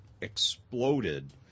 exploded